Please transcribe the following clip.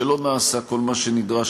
שלא נעשה כל מה שנדרש,